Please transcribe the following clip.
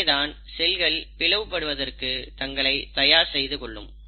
இங்கேதான் செல்கள் பிளவு படுவதற்கு தங்களை தயார் செய்து கொள்ளும்